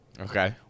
Okay